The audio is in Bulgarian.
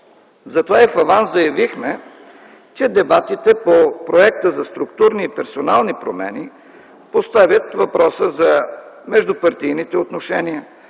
Затова и в аванс заявихме, че дебатите по проекта за структурни и персонални промени поставят въпроса за междупартийните отношения,